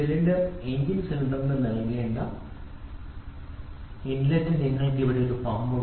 cylinder engine സിലിണ്ടറിന് നൽകേണ്ട inlet നിങ്ങൾക്ക് അവിടെ ഒരു പമ്പ് ഉണ്ട്